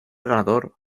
ganador